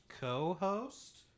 co-host